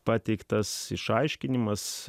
pateiktas išaiškinimas